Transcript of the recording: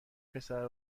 پسره